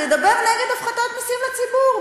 וידבר נגד הפחתת מסים לציבור?